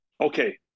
okay